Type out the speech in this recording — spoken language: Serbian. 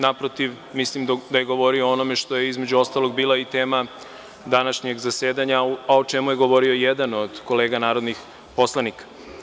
Naprotiv, mislim da je govorio o onome što je, između ostalog, bila i tema današnjeg zasedanja, a o čemu je govorio jedan od kolega narodnih poslanika.